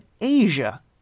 Asia